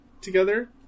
together